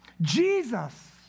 Jesus